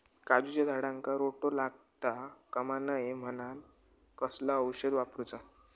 काजूच्या झाडांका रोटो लागता कमा नये म्हनान कसला औषध वापरूचा?